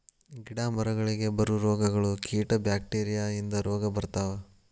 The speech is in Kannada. ಗಿಡಾ ಮರಗಳಿಗೆ ಬರು ರೋಗಗಳು, ಕೇಟಾ ಬ್ಯಾಕ್ಟೇರಿಯಾ ಇಂದ ರೋಗಾ ಬರ್ತಾವ